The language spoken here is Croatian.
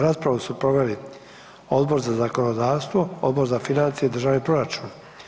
Raspravu su proveli Odbor za zakonodavstvo, Odbora za financije i državni proračun.